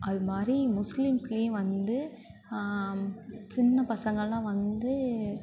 அது மாதிரி முஸ்லீம்ஸுலேயும் வந்து சின்ன பசங்களாம் வந்து